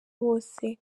wose